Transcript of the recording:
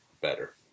better